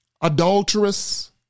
Adulterous